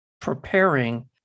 preparing